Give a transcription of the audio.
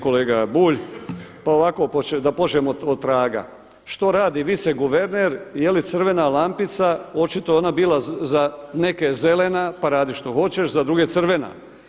Kolega Bulj, pa ovako da počnemo otraga, što radi vice guverner i je li crvena lampica očito je ona bila za neke zelena, pa radi što hoćeš a za druge crvena.